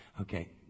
okay